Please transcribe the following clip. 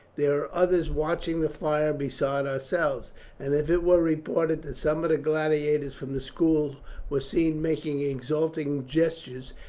there are others watching the fire besides ourselves and if it were reported that some of the gladiators from the school were seen making exulting gestures,